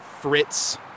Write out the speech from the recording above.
fritz